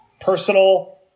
personal